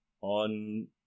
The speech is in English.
on